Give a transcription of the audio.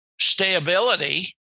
stability